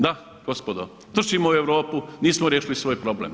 Da, gospodo, trčimo u Europu, nismo riješili svoj problem.